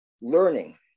learning